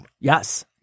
Yes